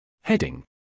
Heading